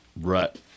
rut